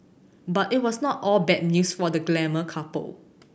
but it was not all bad news for the glamour couple